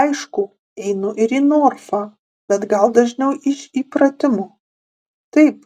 aišku einu ir į norfą bet gal dažniau iš įpratimo taip